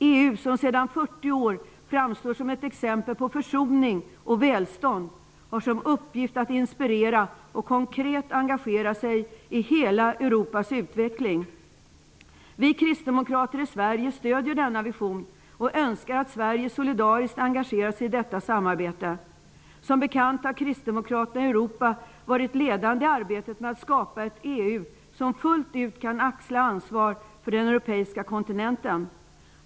EU, som sedan 40 år framstår som ett exempel på försoning och välstånd, har som uppgift att inspirera och konkret engagera sig i hela Europas utveckling. Vi kristdemokrater i Sverige stöder denna vision och önskar att Sverige solidariskt engagerar sig i detta samarbete. Som bekant har kristdemokraterna i Europa varit ledande i arbetet med att skapa ett EU som fullt ut kan axla ansvar för den europeiska kontinenten.